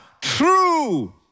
true